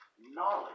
knowledge